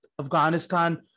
Afghanistan